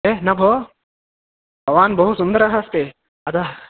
ए न भो भवान् बहुसुन्दरः अस्ति अतः